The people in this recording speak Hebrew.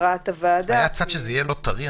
להכרעת הוועדה --- יש מצב שזה יהיה לא טרי?